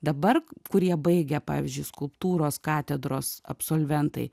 dabar kurie baigė pavyzdžiui skulptūros katedros absolventai